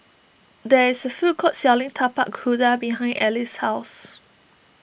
there is a food court selling Tapak Kuda behind Alys' house